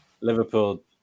Liverpool